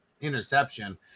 interception